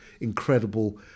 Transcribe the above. incredible